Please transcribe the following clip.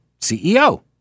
CEO